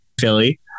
philly